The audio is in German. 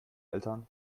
eltern